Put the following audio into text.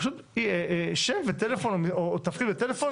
פשוט יהיה שם וטלפון, או תפקיד וטלפון.